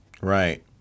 Right